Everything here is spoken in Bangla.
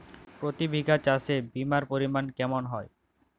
প্রতি বিঘা চাষে বিমার পরিমান কেমন হয়?